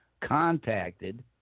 contacted